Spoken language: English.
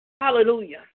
Hallelujah